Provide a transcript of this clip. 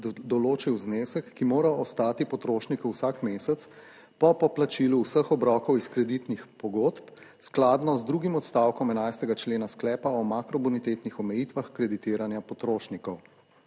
določil znesek, ki mora ostati potrošniku vsak mesec po poplačilu vseh obrokov iz kreditnih pogodb skladno z drugim odstavkom 11. člena sklepa o makrobonitetnih omejitvah kreditiranja potrošnikov.